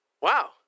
Wow